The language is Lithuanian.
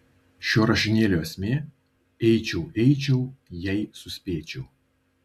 šio rašinėlio esmė eičiau eičiau jei suspėčiau